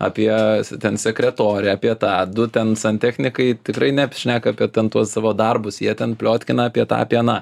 apie ten sekretorę apie tą du ten santechnikai tikrai ne apšneka apie tuos savo darbus jie ten pliotkina apie tą apie aną